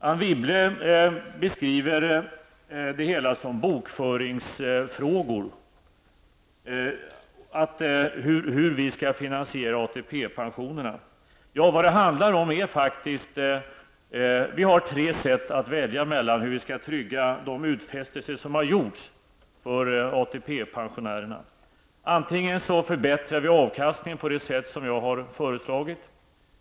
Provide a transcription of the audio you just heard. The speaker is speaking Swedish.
Anne Wibble beskriver finansieringen av ATP pensionerna som bokföringsfrågor. Vad det handlar om är faktiskt att vi har tre sätt att välja mellan för hur vi skall trygga de utfästelser som har gjorts för ATP-pensionärerna. Först och främst kan vi förbättra avkastningen på det sätt som jag har föreslagit.